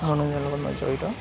মনোৰঞ্জনৰ লগত মই জড়িত